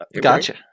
Gotcha